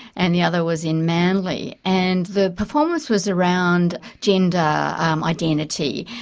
and the other was in manly. and the performance was around gender identity,